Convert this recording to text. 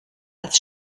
als